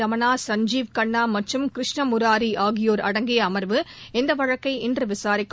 ரமணா சஞ்சீவ் கண்ணா மற்றும் கிருஷ்ணா முராரி ஆகியோர் அடங்கிய அமர்வு இந்த வழக்கை இன்று விசாரிக்கும்